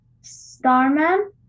Starman